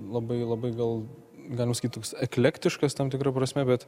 labai labai gal gaunasi kitoks eklektiškas tam tikra prasme bet